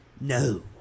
No